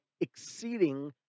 exceeding